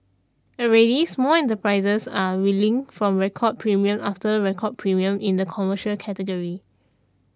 already small enterprises are reeling from record premium after record premium in the commercial category